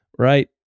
right